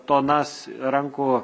tonas rankų